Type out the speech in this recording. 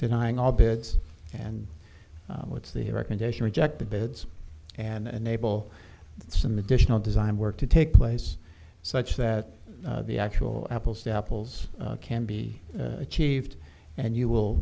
denying all beds and what's the recommendation reject the beds and enable some additional design work to take place such that the actual apples to apples can be achieved and you will